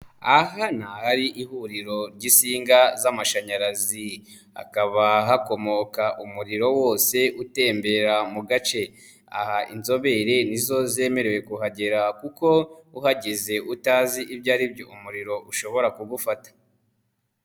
Aha ni ahari ihuriro ry'insinga z'amashanyarazi, hakaba hakomoka umuriro wose utembera mu gace, inzobere nizo zemerewe kuhagera kuko uhageze utazi ibyo aribyo umuriro ushobora kugufata.